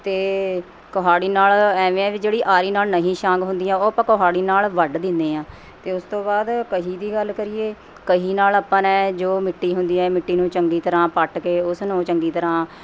ਅਤੇ ਕੁਹਾੜੀ ਨਾਲ ਐਵੇਂ ਐਂ ਵੀ ਜਿਹੜੀ ਆਰੀ ਨਾਲ ਨਹੀਂ ਛਾਂਗ ਹੁੰਦੀਆਂ ਉਹ ਆਪਾਂ ਕੁਹਾੜੀ ਨਾਲ ਵੱਢ ਦਿੰਦੇ ਹਾਂ ਅਤੇ ਉਸ ਤੋਂ ਬਾਅਦ ਕਹੀ ਦੀ ਗੱਲ ਕਰੀਏ ਕਹੀ ਨਾਲ਼ ਆਪਾਂ ਨੇ ਜੋ ਮਿੱਟੀ ਹੁੰਦੀ ਹੈ ਮਿੱਟੀ ਨੂੰ ਚੰਗੀ ਤਰ੍ਹਾਂ ਪੱਟ ਕੇ ਉਸਨੂੰ ਚੰਗੀ ਤਰ੍ਹਾਂ